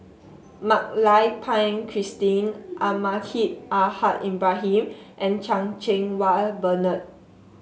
Mak Lai Peng Christine Almahdi Al Haj Ibrahim and Chan Cheng Wah Bernard